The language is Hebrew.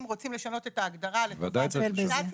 אם רוצים לשנות את ההגדרה לטובת הדיגיטציה,